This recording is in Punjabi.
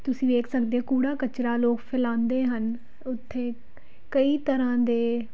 ਤੁਸੀਂ ਵੇਖ ਸਕਦੇ ਹੋ ਕੂੜਾ ਕਚਰਾ ਲੋਕ ਫੈਲਾਉਂਦੇ ਹਨ ਉੱਥੇ ਕਈ ਤਰ੍ਹਾਂ ਦੇ